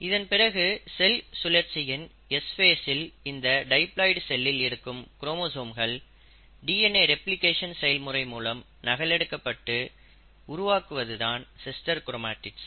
இதன்பிறகு செல் சுழற்சியின் S ஃபேசில் இந்த டைப்லாய்டு செல்லில் இருக்கும் குரோமோசோம்கள் டிஎன்ஏ ரெப்ளிகேஷன் செயல்முறை மூலம் நகல் எடுக்கப்பட்டு உருவாக்குவதுதான் சிஸ்டர் கிரோமடிட்ஸ்கள்